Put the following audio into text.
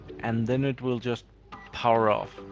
and then it will just power off,